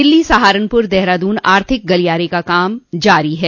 दिल्ली सहारनपुर देहरादून आर्थिक गलियारे पर काम जारी है